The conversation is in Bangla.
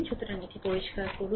সুতরাং এটি পরিষ্কার করুন